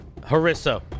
Harissa